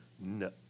No